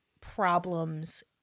problems